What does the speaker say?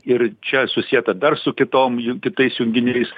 ir čia susieta dar su kitom jau kitais junginiais